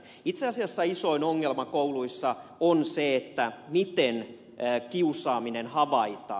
itse asiassa isoin ongelma kouluissa on se miten kiusaaminen havaitaan